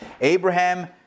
Abraham